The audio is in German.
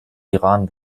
iran